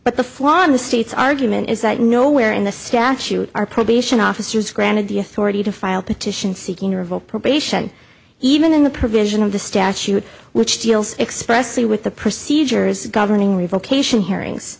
but the flaw in the state's argument is that nowhere in the statute are probation officers granted the authority to file a petition seeking to revoke probation even in the provision of the statute which deals expressly with the procedures governing revoke ation hearings